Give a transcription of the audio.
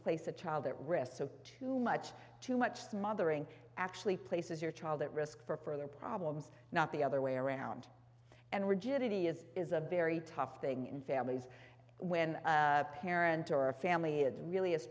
place a child at risk so too much too much smothering actually places your child at risk for further problems not the other way around and rigidity is is a very tough thing in families when a parent or a family is really has